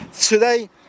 today